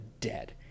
dead